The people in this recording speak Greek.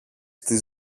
της